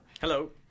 Hello